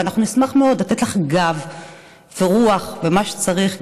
אנחנו נשמח מאוד לתת לך גב ורוח ומה שצריך,